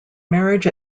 marriage